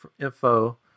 info